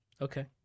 okay